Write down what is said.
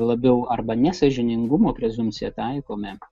labiau arba nesąžiningumo prezumpciją taikome